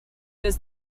does